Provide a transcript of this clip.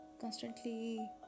constantly